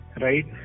right